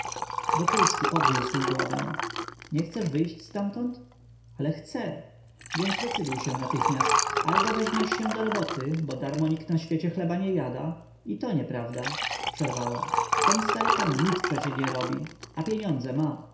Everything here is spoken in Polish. obszywać wokulski podniósł głowę nie chcesz wyjść ztamtąd ale chcę więc decyduj się natychmiast albo weźmiesz się do roboty bo darmo nikt na świecie chleba nie jada i to nieprawda przerwała ten stary pan nic przecie nie robi a pieniądze ma